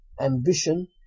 ambition